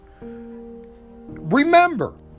remember